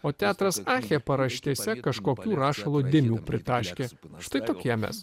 o teatras akche paraštėse kažkokių rašalo dėmių pritaškė štai tokie mes